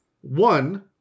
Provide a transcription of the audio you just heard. One